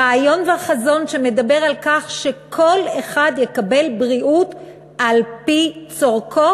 הרעיון והחזון שמדבר על כך שכל אחד יקבל בריאות על-פי צורכו